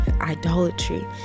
idolatry